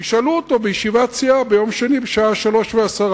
תשאלו אותו בישיבת סיעה ביום שני בשעה 15:10,